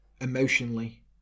emotionally